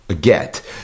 get